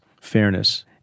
fairness